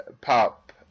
pop